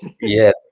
Yes